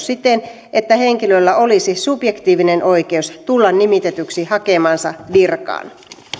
siten että henkilöllä olisi subjektiivinen oikeus tulla nimitetyksi hakemaansa virkaan